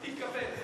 כן.